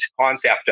concept